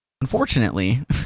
Unfortunately